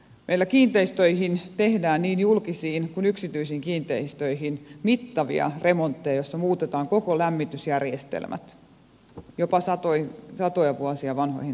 meillä kiinteistöihin tehdään niin julkisiin kuin yksityisiin kiinteistöihin mittavia remontteja joissa muutetaan koko lämmitysjärjestelmät jopa satoja vuosia vanhoihin taloihin